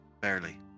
Barely